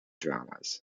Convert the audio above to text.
dramas